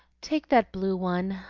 take that blue one.